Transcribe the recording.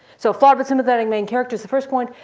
so flawed but sympathetic main character is the first point.